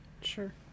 Sure